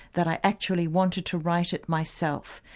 that i actually wanted to write it myself,